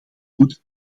doet